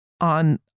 on